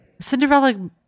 Cinderella